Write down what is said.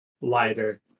lighter